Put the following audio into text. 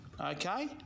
okay